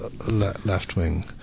left-wing